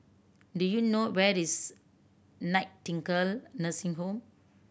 do you know where is Nightingale Nursing Home